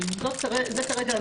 שרשות המסים או לא טיפלה בהן בכלל או